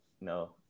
No